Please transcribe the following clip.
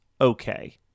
okay